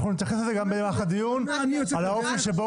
אנחנו נתייחס גם במהלך הדיון לאופן שבו